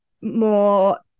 more